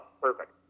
perfect